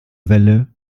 welle